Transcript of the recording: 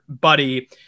buddy